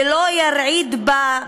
ולא ירעיד בה,